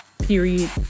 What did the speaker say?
period